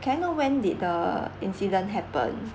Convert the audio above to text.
can I know when did the incident happened